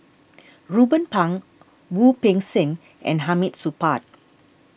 Ruben Pang Wu Peng Seng and Hamid Supaat